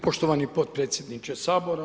Poštovani potpredsjedniče Sabora.